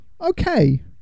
Okay